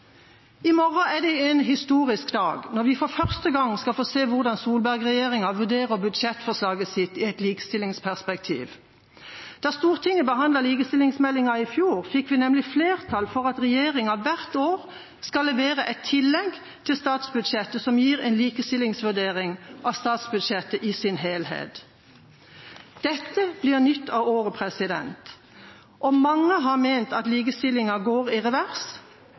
I morgen er det en historisk dag når vi for første gang skal få se hvordan Solberg-regjeringa vurderer budsjettforslaget sitt i et likestillingsperspektiv. Da Stortinget behandlet likestillingsmeldinga i fjor, fikk vi nemlig flertall for at regjeringa hvert år skal levere et tillegg til statsbudsjettet som gir en likestillingsvurdering av statsbudsjettet i sin helhet. Dette er nytt av året, og mange har ment at likestillingen går i revers,